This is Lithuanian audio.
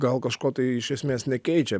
gal kažko tai iš esmės nekeičia